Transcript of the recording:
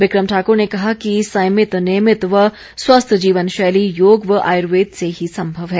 बिक्रम ठाकुर ने कहा कि संयमित नियमित व स्वस्थ जीवनशैली योग व आयुर्वेद से ही संभव है